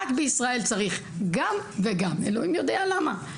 רק בישראל צריך גם וגם, אלוקים יודע למה.